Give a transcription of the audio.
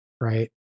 right